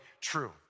true